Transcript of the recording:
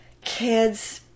kids